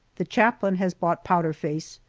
the chaplain has bought powder-face,